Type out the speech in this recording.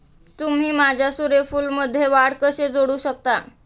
तुम्ही माझ्या सूर्यफूलमध्ये वाढ कसे जोडू शकता?